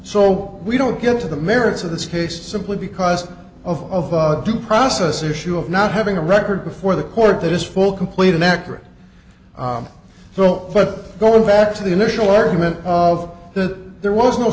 so we don't get to the merits of this case simply because of due process issue of not having a record before the court that is full complete and accurate though but going back to the initial argument of that there was no